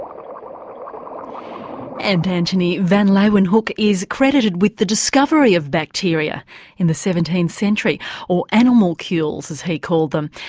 um and antonie van leeuwenhoek is credited with the discovery of bacteria in the seventeenth century or animalcules as he called them.